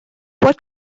what